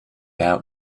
out